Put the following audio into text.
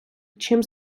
чим